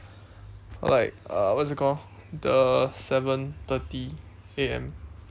like uh what is it called the seven thirty A_M